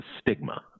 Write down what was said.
stigma